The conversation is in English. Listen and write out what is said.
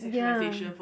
ya